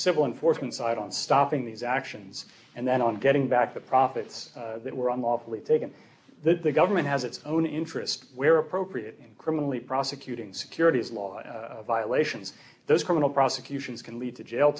civil enforcement side on stopping these actions and then on getting back the profits that were on lawfully taken that the government has its own interest where appropriate criminally prosecuting securities law violations those criminal prosecutions can lead to jail